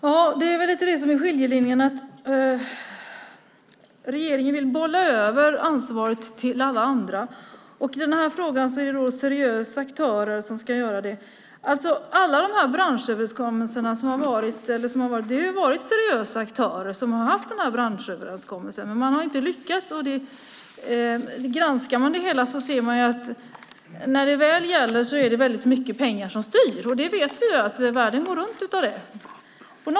Herr talman! Skillnaden är att regeringen vill bolla över ansvaret till alla andra. Det är seriösa aktörer som ska göra detta. Det har ju varit seriösa aktörer som har haft den här branschöverenskommelsen, men man har inte lyckats. Granskar man det hela ser man att när det väl gäller är det pengar som styr. Vi vet ju att världen går runt av det.